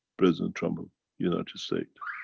president trump of united states,